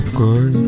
good